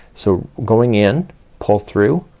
so going in pull through,